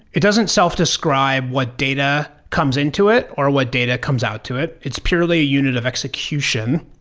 it doesn't self-describe what data comes into it or what data comes out to it. it's purely a unit of execution.